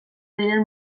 diren